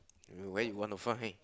where you want to find